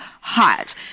hot